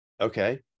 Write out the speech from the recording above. Okay